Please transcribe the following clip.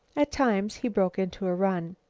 at times he broke into a run.